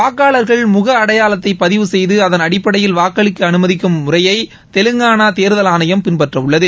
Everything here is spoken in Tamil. வாக்காளர்கள் முக அடையாளத்தை பதிவு செய்து அதன் அடிப்படையில் வாக்களிக்க அனுமதிக்கும் முறையை தெவங்கானா தேர்தல் ஆணையம் பின்பற்றவுள்ளது